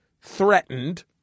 threatened